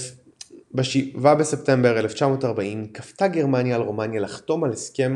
ב-7 בספטמבר 1940 כפתה גרמניה על רומניה לחתום על הסכם